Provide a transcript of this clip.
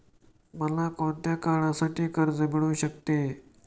मला कोणत्या काळासाठी कर्ज मिळू शकते?